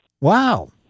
Wow